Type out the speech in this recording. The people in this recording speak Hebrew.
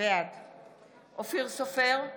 בעד אופיר סופר,